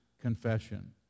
confession